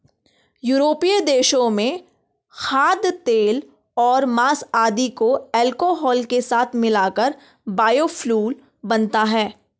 यूरोपीय देशों में खाद्यतेल और माँस आदि को अल्कोहल के साथ मिलाकर बायोफ्यूल बनता है